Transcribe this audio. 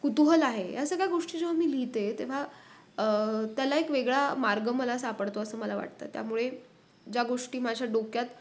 कुतूहल आहे या सगळ्या गोष्टी जेव्हा मी लिहिते तेव्हा त्याला एक वेगळा मार्ग मला सापडतो असं मला वाटतं त्यामुळे ज्या गोष्टी माझ्या डोक्यात